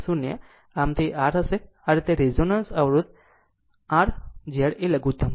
આમ તે R હશે આ રીતે રેઝોનન્સ અવરોધ પર Z લઘુત્તમ છે